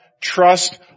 Trust